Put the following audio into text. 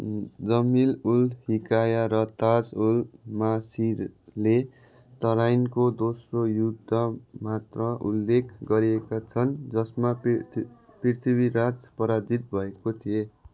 जमी उल हिकाया र ताज उल मासिरले तराइनको दोस्रो युद्ध मात्र उल्लेख गरेका छन् जसमा पृथ्वी पृथ्वीराज पराजित भएको थिए